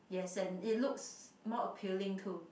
yes and it looks more appealing too